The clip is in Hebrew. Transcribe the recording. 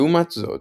לעומת זאת,